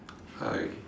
hi